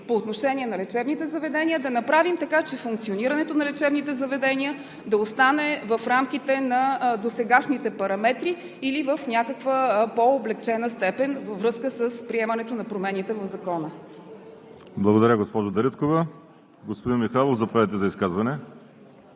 по отношение на лечебните заведения, да направим така, че функционирането на лечебните заведения да остане в рамките на досегашните параметри или в някаква по-облекчена степен във връзка с приемането на промените в Закона. ПРЕДСЕДАТЕЛ ВАЛЕРИ СИМЕОНОВ: Благодаря, госпожо Дариткова. Господин Михайлов, заповядайте за изказване.